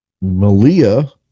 Malia